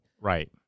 Right